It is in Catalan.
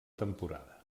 temporada